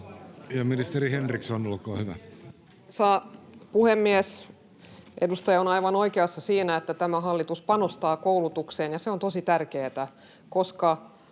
Ministeri Henriksson, olkaa hyvä.